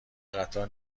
قطار